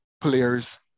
players